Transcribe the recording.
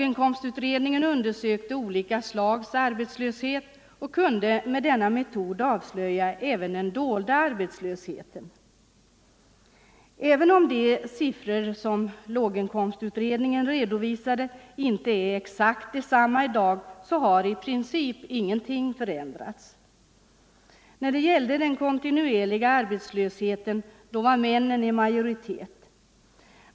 Utredningen undersökte olika slags arbetslöshet och kunde med denna metod avslöja även den dolda arbetslösheten. Även om de siffror som låginkomstutredningen redovisade inte är exakt desamma i dag har i princip ingenting förändrats. När det gällde den kontinuerliga arbetslösheten var männen i majoritet.